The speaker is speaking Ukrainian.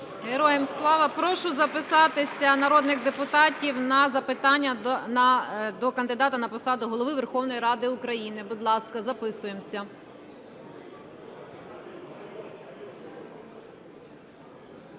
Героям слава! Прошу записатися народних депутатів на запитання до кандидата на посаду Голови Верховної Ради України. Будь ласка, записуємося.